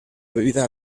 bebida